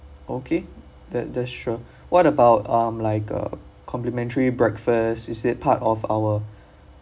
okay that that sure what about um like uh complimentary breakfast is it part of our